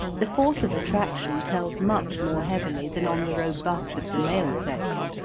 the force of attraction tells much more heavily than on the robust of the male sex,